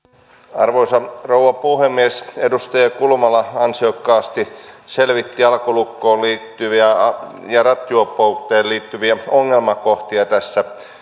arvoisa rouva puhemies edustaja kulmala ansiokkaasti tässä selvitti alkolukkoon ja ja rattijuoppouteen liittyviä ongelmakohtia